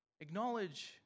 Acknowledge